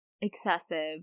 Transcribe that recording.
excessive